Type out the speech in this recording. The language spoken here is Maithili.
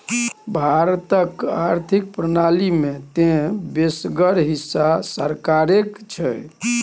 भारतक आर्थिक प्रणाली मे तँ बेसगर हिस्सा सरकारेक छै